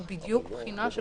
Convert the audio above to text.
אין לי בעיה.